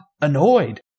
annoyed